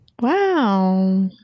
Wow